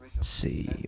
See